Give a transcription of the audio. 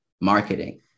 marketing